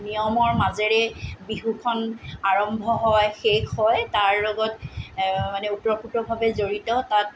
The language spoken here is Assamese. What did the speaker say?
নিয়মৰ মাজেৰে বিহুখন আৰম্ভ হয় সেই বিষয়ে তাৰ লগত মানে ওতঃপ্ৰোতভাৱে জড়িত তাত